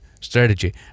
strategy